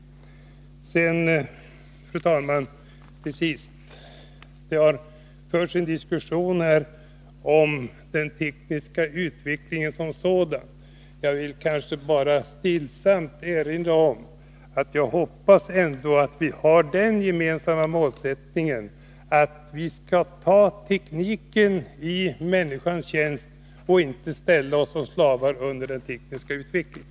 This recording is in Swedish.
Fru talman! Till sist vill jag säga att det har förts en diskussion här om den tekniska utvecklingen som sådan. Jag vill bara stillsamt erinra om att jag hoppas att vi har den gemensamma målsättningen att vi skall ta tekniken i människans tjänst och inte ställa oss som slavar under den.